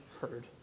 heard